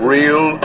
Real